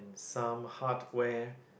some hardware